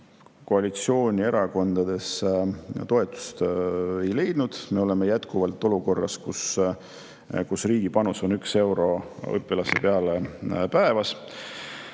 koalitsioonierakondades toetust ei leidnud. Me oleme jätkuvalt olukorras, kus riigi panus on 1 euro õpilase kohta päevas.